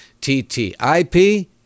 TTIP